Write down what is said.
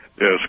Yes